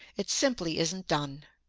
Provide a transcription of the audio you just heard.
it simply isn't done.